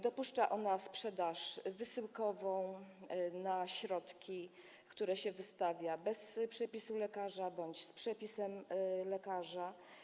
Dopuszcza ona sprzedaż wysyłkową środków, które się wydaje bez przepisu lekarza bądź z przepisem lekarza.